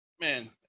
man